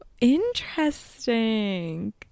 Interesting